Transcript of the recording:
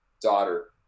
daughter